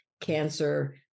cancer